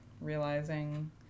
realizing